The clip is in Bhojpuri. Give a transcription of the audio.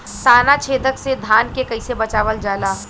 ताना छेदक से धान के कइसे बचावल जाला?